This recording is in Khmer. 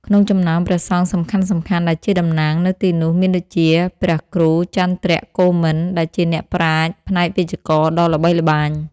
ក្នុងចំណោមព្រះសង្ឃសំខាន់ៗដែលជាតំណាងនៅទីនោះ មានដូចជា ព្រះគ្រូចន្ទ្រគោមិន ដែលជាអ្នកប្រាជ្ញផ្នែកវេយ្យាករណ៍ដ៏ល្បីល្បាញ។